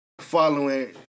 following